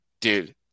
Dude